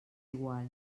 igual